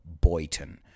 Boyton